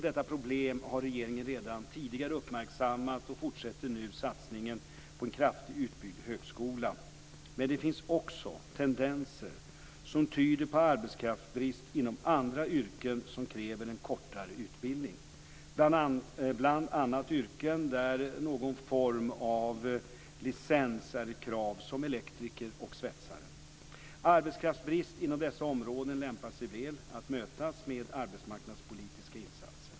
Detta problem har regeringen redan tidigare uppmärksammat och fortsätter nu satsningen på en kraftigt utbyggd högskola. Men det finns också tendenser som tyder på arbetskraftsbrist inom andra yrken som kräver en kortare utbildning, bl.a. yrken där någon form av licens är ett krav, som elektriker och svetsare. Arbetskraftsbrist inom dessa områden lämpar sig väl att mötas med arbetsmarknadspolitiska insatser.